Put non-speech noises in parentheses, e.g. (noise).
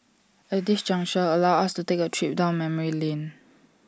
(noise) at this juncture allow us to take A trip down memory lane